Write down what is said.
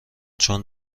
چون